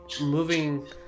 moving